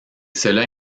cela